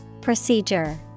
Procedure